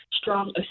strong